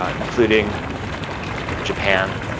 um including japan,